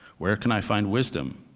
where can i find wisdom?